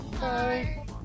Bye